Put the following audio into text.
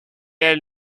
elle